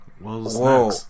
whoa